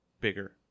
bigger